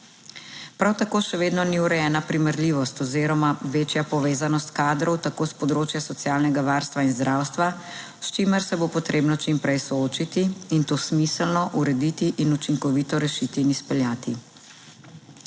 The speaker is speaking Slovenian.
Prav tako še vedno ni urejena primerljivost oziroma večja povezanost kadrov tako s področja socialnega varstva in zdravstva, s čimer se bo potrebno čim prej soočiti in to smiselno urediti in učinkovito rešiti in izpeljati.